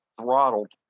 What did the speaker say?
throttled